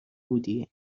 بودی